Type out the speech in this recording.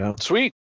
sweet